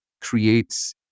creates